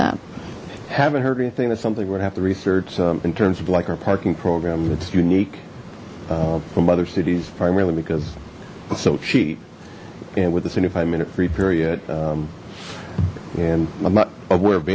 that haven't heard anything that something would have to research in terms of like our parking program it's unique from other cities primarily because it's so cheap and with the city five minute free period and i'm not aware of